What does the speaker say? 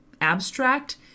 abstract